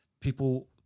people